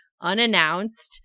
unannounced